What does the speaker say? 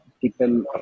people